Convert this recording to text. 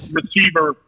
receiver